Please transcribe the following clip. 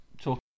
talk